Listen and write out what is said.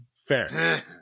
Fair